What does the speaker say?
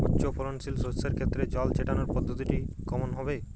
উচ্চফলনশীল শস্যের ক্ষেত্রে জল ছেটানোর পদ্ধতিটি কমন হবে?